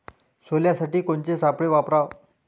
सोल्यासाठी कोनचे सापळे वापराव?